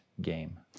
game